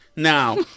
now